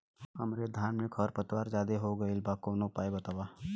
हमरे धान में खर पतवार ज्यादे हो गइल बा कवनो उपाय बतावा?